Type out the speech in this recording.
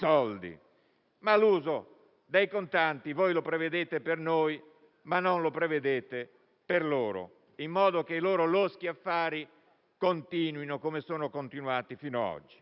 L'uso dei contanti, però, lo prevedete per loro, ma non per noi, in modo che i loro loschi affari continuino come sono continuati fino a oggi.